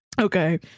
Okay